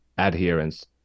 adherence